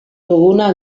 duguna